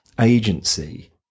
agency